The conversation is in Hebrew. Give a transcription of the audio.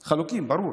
חלוקים, ברור.